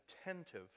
attentive